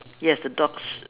yes the dogs